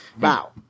Wow